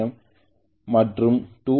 M மற்றும் 2